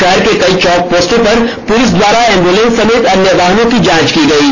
शहर के कई चौक पोस्टों पर पुलिस द्वारा एंबुलेंस सहित अन्य वाहनों की जांच की गयी